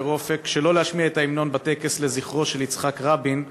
"אופק" שלא להשמיע את ההמנון בטקס לזכרו של יצחק רבין,